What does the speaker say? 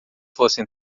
fossem